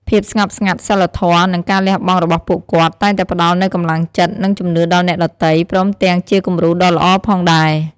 ភាពស្ងប់ស្ងាត់ សីលធម៌ និងការលះបង់របស់ពួកគាត់ តែងតែផ្ដល់នូវកម្លាំងចិត្ត និងជំនឿដល់អ្នកដទៃ ព្រមទាំងជាគំរូដ៏ល្អផងដែរ។